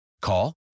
Call